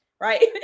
Right